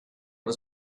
was